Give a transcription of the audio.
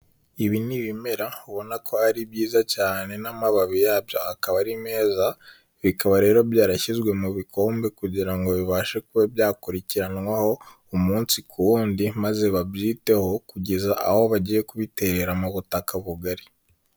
Ibi ni ibimera ubona ko ari byiza cyane n'amababi yabyo akaba ari meza bikaba rero byarashyizwe mu bikombe kugira ngo bibashe kuba byakurikiranwaho umunsi ku wundi maze babyiteho kugeza aho bagiye kubiterera mu butaka bugari.